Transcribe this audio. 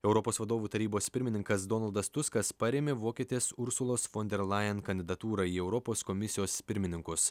europos vadovų tarybos pirmininkas donaldas tuskas parėmė vokietės ursulos fon der lajen kandidatūrą į europos komisijos pirmininkus